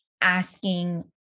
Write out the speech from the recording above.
asking